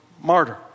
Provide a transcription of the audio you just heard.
martyr